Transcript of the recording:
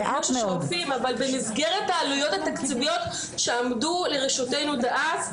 אבל במסגרת העלויות התקציביות שעמדו לרשותנו דאז,